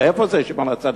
ואיפה זה שמעון-הצדיק?